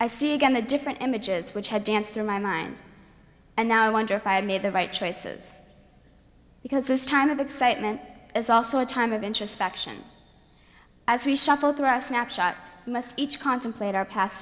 i see again the different images which had danced through my mind and now i wonder if i had made the right choices because this time of excitement is also a time of introspection as we shuffle through our snapshots must each contemplate our past